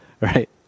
right